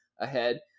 ahead